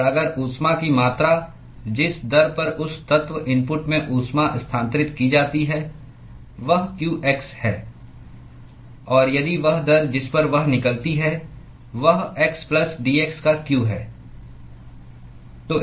और अगर ऊष्मा की मात्रा जिस दर पर उस तत्व इनपुट में ऊष्मा स्थानांतरित की जाती है वह qx है और यदि वह दर जिस पर वह निकलती है वह xdx का q है